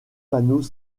panneaux